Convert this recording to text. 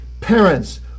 parents